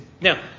Now